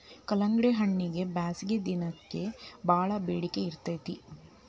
ಕಲ್ಲಂಗಡಿಹಣ್ಣಗೆ ಬ್ಯಾಸಗಿ ದಿನಕ್ಕೆ ಬಾಳ ಬೆಡಿಕೆ ಇರ್ತೈತಿ